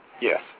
Yes